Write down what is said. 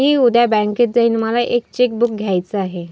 मी उद्या बँकेत जाईन मला एक चेक बुक घ्यायच आहे